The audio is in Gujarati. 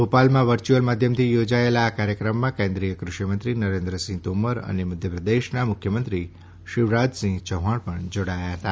ભોપાલમાં વરર્યુઅલ માધ્યમથી યોજાયેલાં આ ક્રાર્યક્રમમાં કેન્દ્રીય કૃષિમંત્રી નરેન્દ્ર સિંહ તોમર અને મધ્યપ્રદેશનાં મુખ્યમંત્રી શિવરાજસિંહ યૌહાણ પણ જોડાયા હતાં